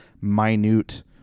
minute